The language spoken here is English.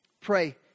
pray